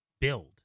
build